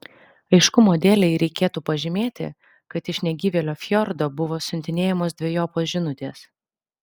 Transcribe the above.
aiškumo dėlei reikėtų pažymėti kad iš negyvėlio fjordo buvo siuntinėjamos dvejopos žinutės